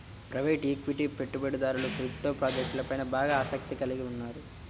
private equity పెట్టుబడిదారులు crypto ప్రాజెక్ట్లపై బాగా ఆసక్తిని కలిగి ఉన్నారు